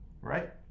right